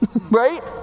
Right